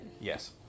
Yes